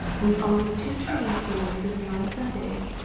we've only two trains go away from here on sundays,